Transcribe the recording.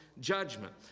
judgment